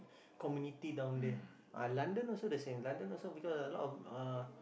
community down there ah London also the same London also because a lot of uh